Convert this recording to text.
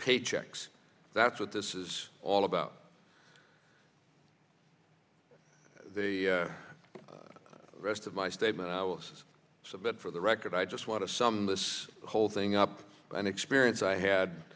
paychecks that's what this is all about the rest of my statement i was submit for the record i just want to sum this whole thing up an experience i had